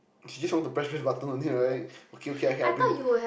you just want to press press button only right okay okay okay I bring